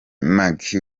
maggie